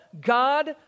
God